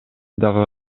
дагы